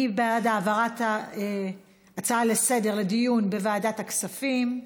מי בעד העברת ההצעה לסדר-היום לדיון בוועדת הכספים?